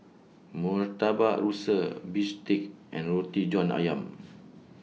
Murtabak Rusa Bistake and Roti John Ayam